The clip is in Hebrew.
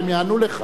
שיענו לי.